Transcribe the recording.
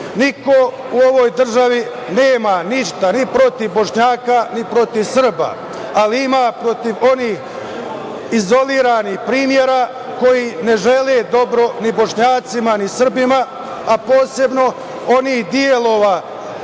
u ovoj državi nema ništa ni protiv Bošnjaka, ni protiv Srba, ali ima protiv onih izolovanih primera koji ne žele dobro ni Bošnjacima, ni Srbima, a posebno onih delova